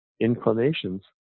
inclinations